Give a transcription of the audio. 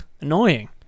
Annoying